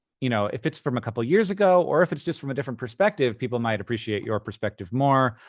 you know if it's from a couple years ago or if it's just from a different perspective, people might appreciate your perspective more.